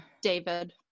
David